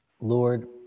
Lord